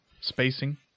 spacing